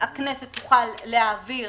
שהכנסת תוכל להעביר